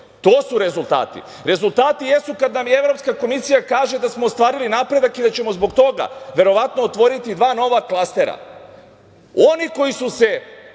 To su rezultati. Rezultati jesu kada nam Evropska komisija kaže da smo ostvarili napredak i da ćemo zbog toga verovatno otvoriti dva nova klastera. Oni koji su